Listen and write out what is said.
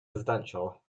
residential